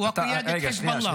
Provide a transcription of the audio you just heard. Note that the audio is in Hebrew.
(בערבית: והנהגת חיזבאללה.) אתה תומך בחיסול חמאס?